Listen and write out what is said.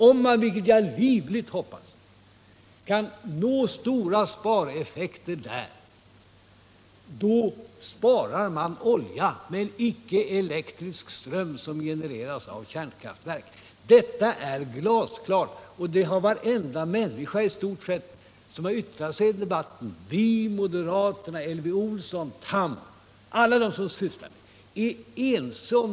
Om man, vilket jag livligt hoppas, kan nå stora spareffekter där, minskar förbrukningen av olja men icke av elektrisk ström som genereras i kärnkraftverk. Detta är glasklart, och det har i stort sett varenda människa som yttrat sig i debatten — vi, moderaterna, Elvy Olsson, Tham och alla andra — varit ense om.